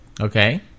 Okay